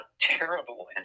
terrible